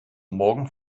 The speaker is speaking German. morgen